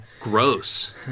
Gross